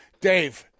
Dave